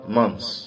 months